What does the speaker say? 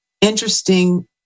interesting